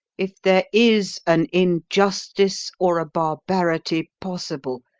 if there is an injustice or a barbarity possible,